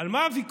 על מה הוויכוח,